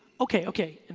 okay, okay, and